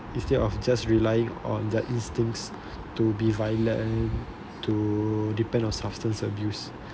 instead of just relying on their instincts to be violent to to depend on substance abuse